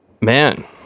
Man